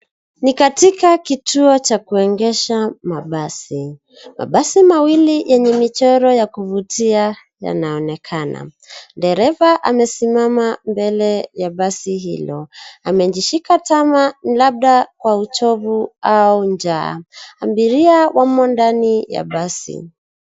Ni katika kituo cha kuegesha mabasi. Mabasi mawili yenye michoro ya kuvutia yanaonekana. Dereva amesimama mbele ya basi hilo. Amejishika tama labda kwa uchovu au njaa. Abiria wamo ndani ya basi.